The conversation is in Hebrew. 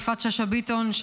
יפעת שאשא ביטון,